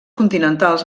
continentals